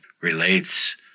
relates